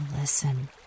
listen